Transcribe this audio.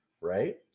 right